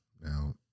Now